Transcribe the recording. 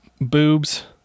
boobs